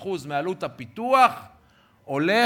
50% מעלות הפיתוח הולכים,